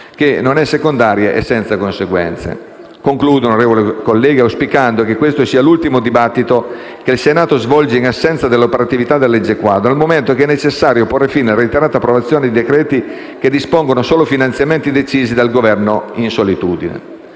che non è secondaria e senza conseguenze. Onorevoli colleghi, concludo auspicando che questo sia l'ultimo dibattito che il Senato svolge in assenza dell'operatività della legge quadro, dal momento che è necessario porre fine alla reiterata approvazione di decreti che dispongono solo finanziamenti decisi dal Governo in solitudine.